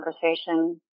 conversation